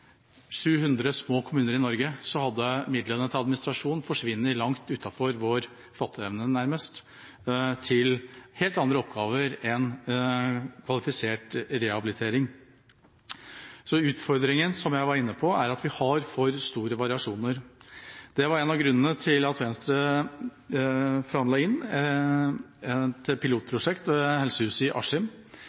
700 små kommuner i Norge, hadde midlene til administrasjon nærmest forsvunnet langt utenfor vår fatteevne – til helt andre oppgaver enn kvalifisert rehabilitering. Så utfordringen er, som jeg var inne på, at vi har for store variasjoner. Det var én av grunnene til at Venstre forhandlet inn et pilotprosjekt ved Helsehuset i